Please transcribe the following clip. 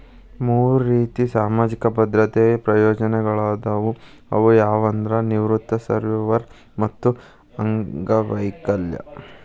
ಮೂರ್ ರೇತಿ ಸಾಮಾಜಿಕ ಭದ್ರತೆ ಪ್ರಯೋಜನಗಳಾದವ ಅವು ಯಾವಂದ್ರ ನಿವೃತ್ತಿ ಸರ್ವ್ಯವರ್ ಮತ್ತ ಅಂಗವೈಕಲ್ಯ